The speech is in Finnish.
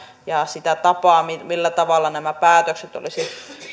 ja se millä tavalla nämä päätökset olisi